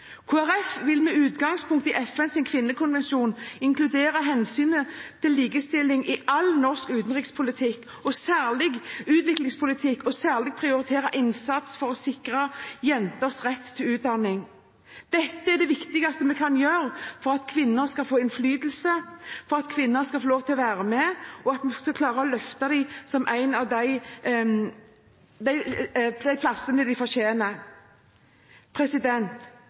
vil med utgangspunkt i FNs kvinnekonvensjon inkludere hensynet til likestilling i all norsk utenrikspolitikk, særlig i utviklingspolitikk, og særlig prioritere innsatsen for å sikre jenters rett til utdanning. Dette er det viktigste vi kan gjøre for at kvinner skal få innflytelse, for at kvinner skal få lov til å være med, og for at vi skal klare å løfte dem til de plassene de